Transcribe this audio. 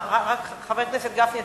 חבר הכנסת גפני,